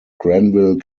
granville